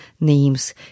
names